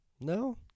no